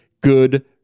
good